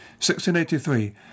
1683